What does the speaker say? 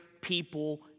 people